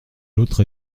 l’autre